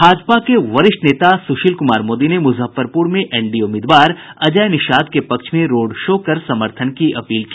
भाजपा के वरिष्ठ नेता सुशील कुमार मोदी ने मुजफ्फरपुर में एनडीए उम्मीदवार अजय निषाद के पक्ष में रोड शो कर समर्थन की अपील की